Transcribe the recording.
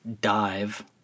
dive